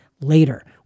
later